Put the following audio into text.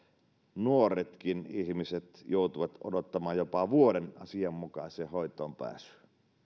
nuoretkin ihmiset joutuivat odottamaan jopa vuoden asianmukaiseen hoitoon pääsyä